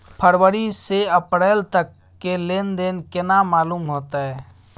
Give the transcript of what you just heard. फरवरी से अप्रैल तक के लेन देन केना मालूम होते?